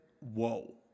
Whoa